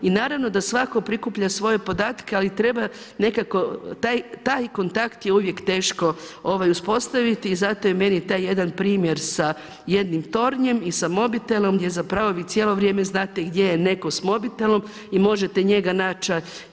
I naravno da svatko prikuplja svoje podatke, ali treba nekako taj kontakt je uvijek teško uspostaviti i zato je meni taj jedan primjer sa jednim tornjem i sa mobitelom, gdje zapravo vi cijelo vrijeme znate gdje je netko s mobitelom i možete njega naći.